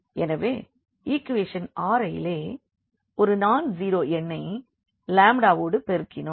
எனவே equation Ri லே ஒரு நான் ஸீரோ எண்ணை லாம்டா வோடு பெருக்கினோம்